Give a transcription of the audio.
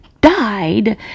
died